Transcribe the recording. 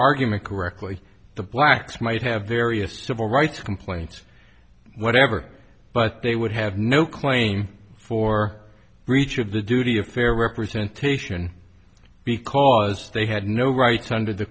argument correctly the blacks might have various civil rights complaints whatever but they would have no claim for breach of the duty of fair representation because they had no rights under the